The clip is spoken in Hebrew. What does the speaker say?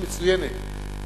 היא מצוינת,